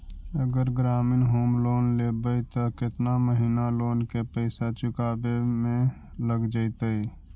अगर ग्रामीण home loan लेबै त केतना महिना लोन के पैसा चुकावे में लग जैतै?